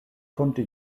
konnte